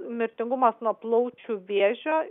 mirtingumas nuo plaučių vėžio